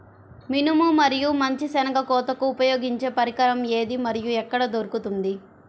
మినుము మరియు మంచి శెనగ కోతకు ఉపయోగించే పరికరం ఏది మరియు ఎక్కడ దొరుకుతుంది?